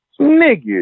nigga